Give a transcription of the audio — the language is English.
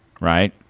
Right